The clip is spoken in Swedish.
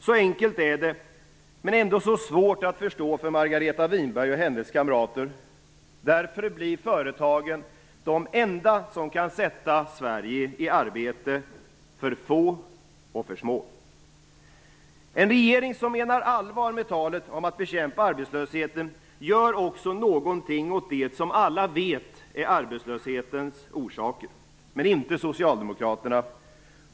Så enkelt är det, men ändå så svårt att förstå för Margareta Winberg och hennes kamrater. Därför blir företagen, de enda som kan sätta Sverige i arbete, för få och för små. En regering som menar allvar med talet om att bekämpa arbetslösheten gör också någonting åt det som alla vet är arbetslöshetens orsaker, men inte Socialdemokraterna.